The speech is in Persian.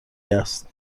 است